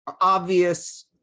obvious